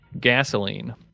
gasoline